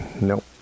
Nope